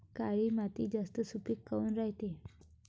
काळी माती जास्त सुपीक काऊन रायते?